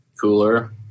cooler